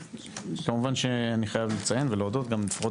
כמובן שאני חייב לציין ולהודות גם לפחות